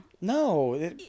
No